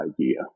idea